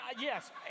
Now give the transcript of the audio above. yes